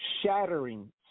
shattering